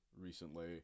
recently